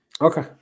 Okay